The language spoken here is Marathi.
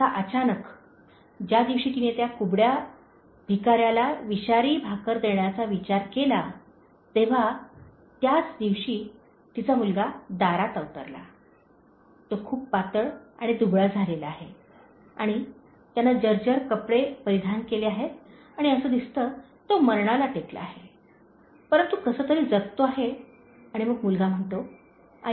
आता अचानक ज्या दिवशी तिने त्या कुबड्या भिकाऱ्याला विषारी भाकर देण्याचा विचार केला तेव्हा त्याच दिवशी तिचा मुलगा दारात अवतरला तो खूप पातळ आणि दुबळा झालेला आहे आणि त्याने जर्जर कपडे परिधान केले आहेत आणि असे दिसते की तो मरणाला टेकला आहे परंतु कसे तरी जगतो आहे आणि मग मुलगा म्हणतो आई